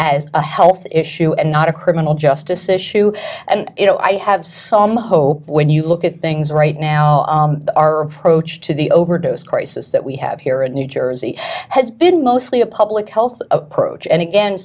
as a health issue and not a criminal justice issue and you know i have some hope when you look at things right now our approach to the overdose crisis that we have here in new jersey has been mostly a public health approach and again